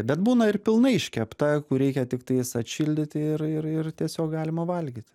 bet būna ir pilnai iškepta kur reikia tiktais atšildyt ir ir ir tiesiog galima valgyt